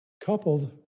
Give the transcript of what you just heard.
coupled